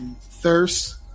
thirst